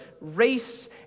race